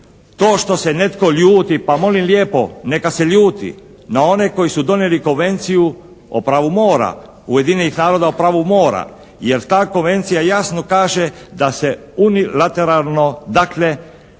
To što se netko ljudi, pa molim lijepo neka se ljuti na one koji su donijeli Konvenciju o pravu mora Ujedinjenih naroda jer ta konvencija jasno kaže da se unilateralno, dakle